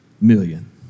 million